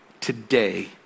today